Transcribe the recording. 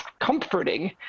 comforting